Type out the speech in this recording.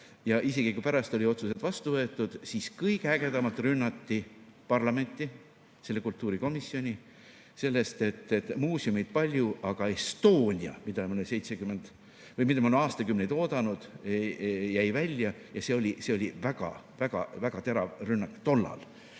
Isegi kui pärast olid otsused vastu võetud, siis kõige ägedamalt rünnati parlamenti, selle kultuurikomisjoni selle eest, et muuseumeid on palju, aga Estonia, mida me oleme aastakümneid oodanud, jäi välja, ja see oli väga-väga-väga terav rünnak tollal.